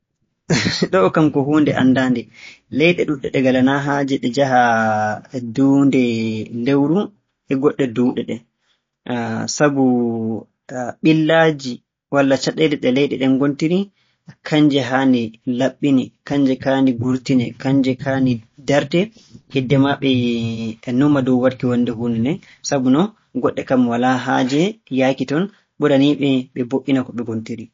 Ɗo'o kam ko huunde anndaande, leyɗe ɗuuɗɗe ɗe ngalanaa haaje ɗe njaha duuɗe lewru e goɗɗe duuɗe ɗen. Sabu walla caɗeele ɗe leyɗe ɗen ngontiri kannje haani laaɓɓinee, kannje kaani ngurtinee, kannje kaani ndartee, hiddee maa ɓe numa dow waɗki wonnde huunde nden. Sabu non goɗɗe kam walaa haaje yahki ton, ɓuranii-ɗe ɓe moƴƴina ko ɓe ngontiri.